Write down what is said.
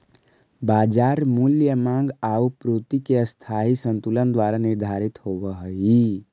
बाजार मूल्य माँग आउ पूर्ति के अस्थायी संतुलन द्वारा निर्धारित होवऽ हइ